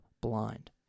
blind